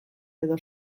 edo